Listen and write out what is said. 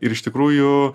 ir iš tikrųjų